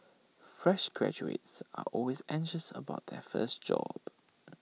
fresh graduates are always anxious about their first job